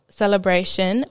celebration